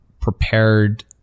prepared